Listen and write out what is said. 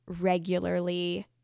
regularly